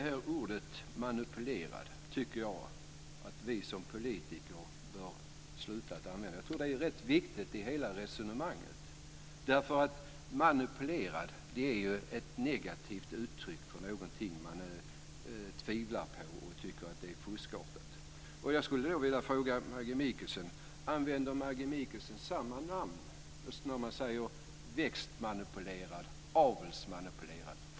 Fru talman! Jag tycker att vi som politiker bör sluta att använda ordet manipulerad. Det är rätt viktigt i hela resonemanget. Manipulerad är ju ett negativt uttryck för någonting som man tvivlar på och som man tycker är fuskartat. Jag skulle vilja fråga om Maggi Mikaelsson använder samma ord och säger växtmanipulerad och avelsmanipulerad.